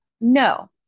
No